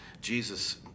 Jesus